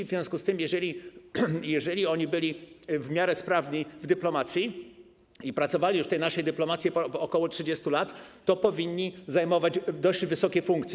W związku z tym, jeżeli oni byli w miarę sprawni w dyplomacji i pracowali już w tej naszej dyplomacji ok. 30 lat, to powinni zajmować dość wysokie funkcje.